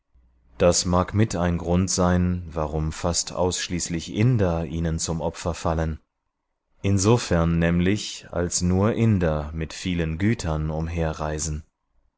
das mag mit ein grund sein warum fast ausschließlich inder ihnen zum opfer fallen insofern nämlich als nur inder mit vielen gütern umherreisen